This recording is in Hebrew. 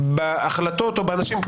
תתמקדו בהחלטות או באנשים,